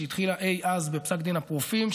שהתחילה אי אז בפסק דין אפרופים,